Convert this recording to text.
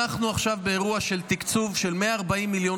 אנחנו עכשיו באירוע של תקצוב של 140 מיליון